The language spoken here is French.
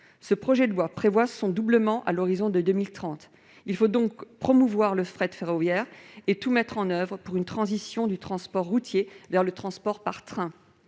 projet de loi prévoit son doublement à l'horizon de 2030. Il faut donc promouvoir le fret ferroviaire et tout mettre en oeuvre pour une transition du transport routier vers le transport par train.